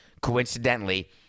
coincidentally